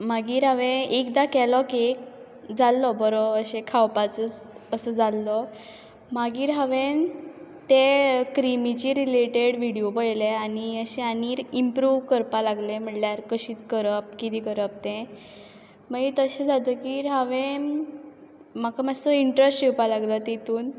मागीर हांवें एकदां केलो कॅक जाल्लो बरो अशें खावपाचो असो जाल्लो मागीर हांवेन ते क्रिमीचे रिलेटीड व्हिडियो पयले आनी अशें आनी इंम्प्रूव्ह करपा लागलें म्हणल्यार कशी करप कितें करप तें मागीर तशें जातकीर हांवें म्हाका मातसो इंट्रस्ट येवपा लागलो तितून